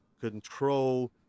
control